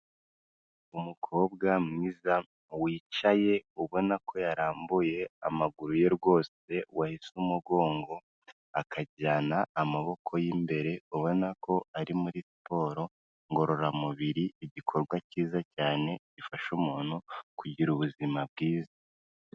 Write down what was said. Umukobwa mwiza wicaye ubona ko yarambuye amaguru ye rwose wahese umugongo akajyana amaboko ye imbere ubona ko ari muri siporo ngororamubiri igikorwa cyiza cyane gifasha umuntu kugira ubuzima bwiza.